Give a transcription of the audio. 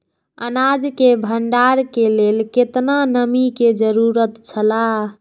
अनाज के भण्डार के लेल केतना नमि के जरूरत छला?